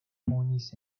ponies